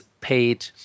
paid